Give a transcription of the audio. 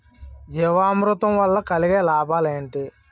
జీవామృతం వల్ల కలిగే లాభాలు ఏంటి?